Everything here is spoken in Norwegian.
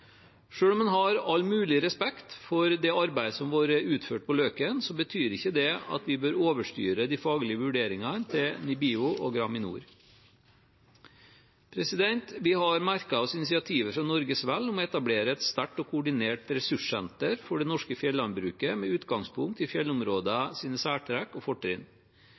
om en har all mulig respekt for det arbeidet som har vært utført på Løken, betyr ikke det at vi bør overstyre de faglige vurderingene til NIBIO og Graminor. Vi har merket oss initiativet fra Norges Vel om å etablere et sterkt og koordinert ressurssenter for det norske fjellandbruket med utgangspunkt i fjellområdenes særtrekk og fortrinn.